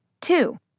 Two